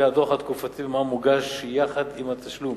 שלפיה הדוח התקופתי במע"מ מוגש יחד עם התשלום.